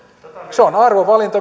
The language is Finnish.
se on arvovalinta